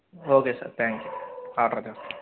okay sir thank you order చేస్తాను